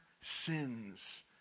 sins